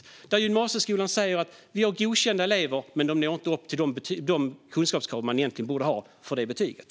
Där säger gymnasieskolan att man har godkända elever, men de når inte upp till de kunskapskrav som de egentligen borde ha för betyget.